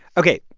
ok.